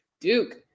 Duke